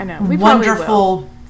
wonderful